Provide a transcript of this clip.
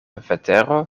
vetero